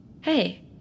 Hey